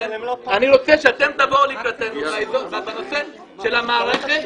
אני רוצה שאתם תבואו לקראתנו בנושא המערכת,